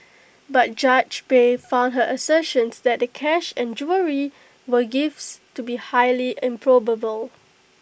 but judge bay found her assertions that the cash and jewellery were gifts to be highly improbable